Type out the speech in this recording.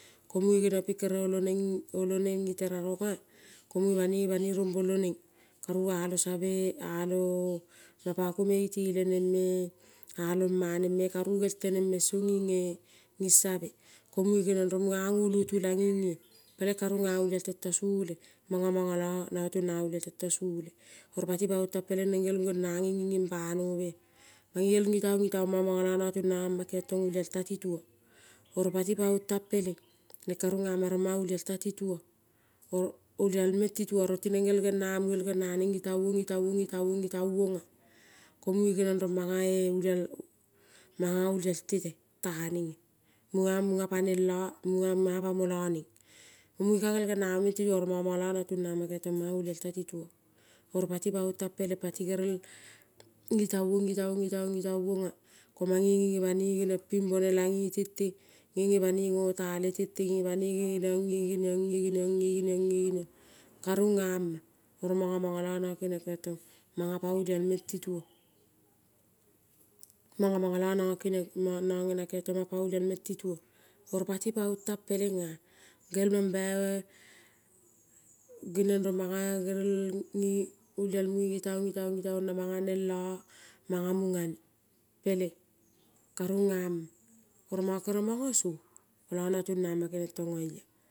Ko munge kere geniong ping oio neng nging terarungo ea, ko munge bane banoi ruombolo neng karu alo sabe alo mapoko me itelenengma, ealoma nengme karu gerel teneng meng song nging sabe. Komunge ngeniong rong munga ngolotu langeng ea, peleng ka runga olial tento sole. Mong mongo lo nongo tuntong a olial tento sole, oro pati teng pelng neng gerel gena neng nging banobea. Mange gel ngi ong ngitaong mong mongolo nongo tunga ama keniong tong olial tetituong, oro pati paong tang peleng, neng ka rungama rong olial ta tituo, oro olial meng tituo tineng gel gera neng ngi taong ngite ongea. Komunge geniong rong mangae olial manga olial teteng tea nengea, manga munga pa neng lo munga manga pamo le neng. Munge ka gel gena mo meng tituong mongo mongo, lo nongo tungama tong manga olial to tituo. Oro pati paong tang peleng pati gerel ngitaong ngitaong ngitaong ngitaonge, ko mange ngenge banoi genong ping bonelea nge tente nge nge banoi ngota le tente banoi ngenge geniong ngenge ngeniong ngenge ngeniong karunga ma. Oro mongo lo nengo keniong tong manga pe olial meng tituo, mongo mongolo nongo ngena keniong tong manga olial meng tituo. Oro pati paong tang pelengea gel mambai geniong rong manga gerel nging olialmoi ngi taong na manga neng lo manga mungane, peleng ka rungama. Oro mongo kere mongo song nongo tungoma keniong tong oeia.